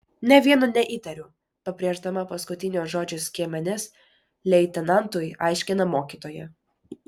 nė vieno neįtariu pabrėždama paskutinio žodžio skiemenis leitenantui aiškina mokytoja